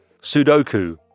Sudoku